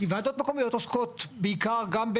וועדות מקומיות עוסקות בעיקר,